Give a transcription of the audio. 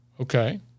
okay